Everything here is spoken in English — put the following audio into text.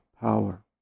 power